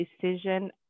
decision